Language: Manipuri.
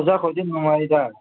ꯑꯣꯖꯥ ꯈꯣꯏꯗꯤ ꯅꯨꯡꯉꯥꯏꯗ